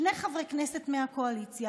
שני חברי כנסת מהקואליציה,